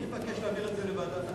אני מבקש להעביר את זה לוועדת החינוך.